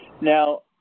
Now